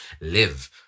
live